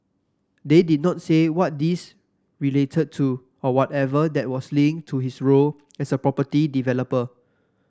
they did not say what these related to or whatever that was linked to his role as a property developer